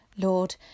Lord